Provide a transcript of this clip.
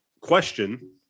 question